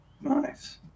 Nice